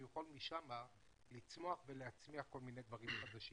יכול משם לצמוח ולהצמיח כל מיני דברים חדשים.